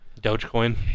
Dogecoin